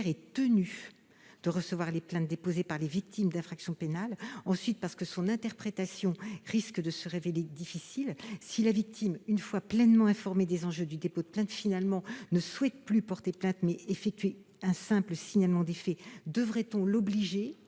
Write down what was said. est tenue de recevoir les plaintes déposées par les victimes d'infractions pénales -, ensuite parce que son interprétation risque de se révéler difficile si la victime, une fois pleinement informée des enjeux du dépôt de la plainte, souhaite finalement non plus porter plainte, mais effectuer un simple signalement des faits. Devra-t-on l'obliger à